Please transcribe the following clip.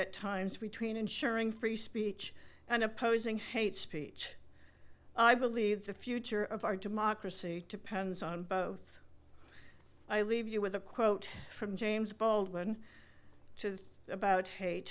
at times between ensuring free speech and opposing hate speech i believe the future of our democracy depends on both i leave you with a quote from james baldwin just about h